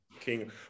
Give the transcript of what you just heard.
king